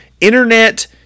internet